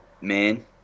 man